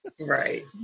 right